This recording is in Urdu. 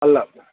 اللہ حافظ